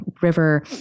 river